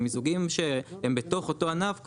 המיזוגים שהם בתוך אותו ענף,